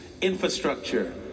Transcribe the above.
infrastructure